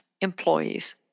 employees